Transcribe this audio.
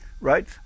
Right